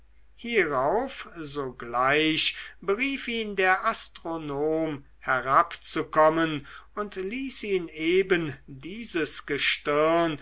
hierauf sogleich berief ihn der astronom herabzukommen und ließ ihn eben dieses gestirn